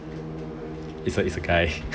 it's a guy